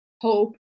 hope